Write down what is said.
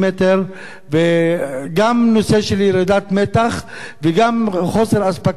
זה גם נושא של ירידת מתח וגם חוסר אספקת חשמל סדיר,